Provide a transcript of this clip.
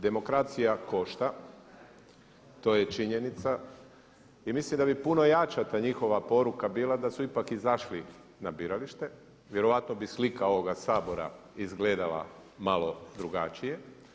Demokracija košta to je činjenica i mislim da bi puno jača ta njihova poruka bila da su ipak izašli na biralište, vjerojatno bi slika ovoga Sabora izgledala malo drugačije.